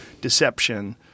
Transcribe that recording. deception